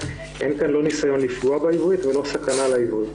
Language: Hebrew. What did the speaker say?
ניסיון לפגוע בעברית או סכנה לעברית.